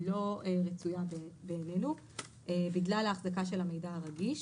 לא מצויה בעינינו בגלל האחזקה של המידע הרגיש